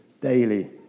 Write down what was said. daily